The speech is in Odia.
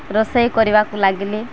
ରୋଷେଇ କରିବାକୁ ଲାଗିଲି